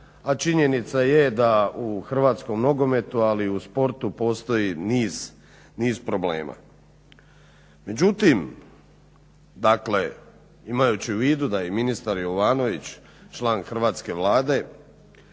A činjenica je da u hrvatskom nogometu ali i u sportu postoji niz problema. Međutim dakle imajući u vidu da je ministar Jovanović član hrvatske Vlade